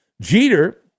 Jeter